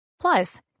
Plus